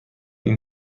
این